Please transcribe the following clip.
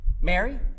Mary